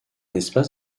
espace